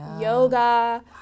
yoga